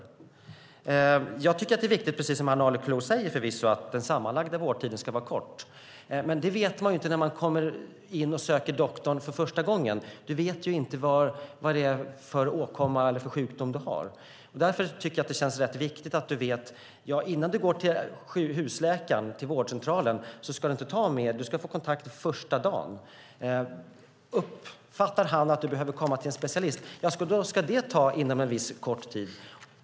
Jag tycker förvisso att det är viktigt, precis som Ann Arleklo säger, att den sammanlagda vårdtiden ska vara kort. Men det vet man ju inte när man söker doktorn för första gången. Du vet ju inte vad det är för åkomma eller för sjukdom du har. Därför tycker jag att det känns rätt viktigt att du vet, innan du går till husläkaren eller till vårdcentralen, att du ska få kontakt första dagen. Uppfattar läkaren att du behöver komma till en specialist ska det ske inom en viss kort tid.